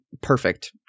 perfect